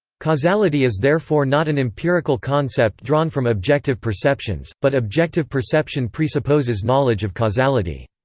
causality is therefore not an empirical concept drawn from objective perceptions, but objective perception presupposes knowledge of causality.